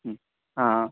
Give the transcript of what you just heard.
हा